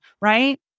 right